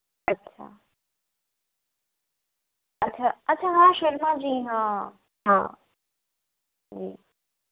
अच्छा अच्छा हाँ शर्मा जी हाँ हाँ